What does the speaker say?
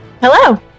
Hello